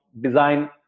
design